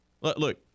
Look